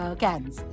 cans